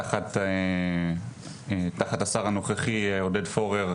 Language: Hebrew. תחת השר הנוכחי עודד פורר,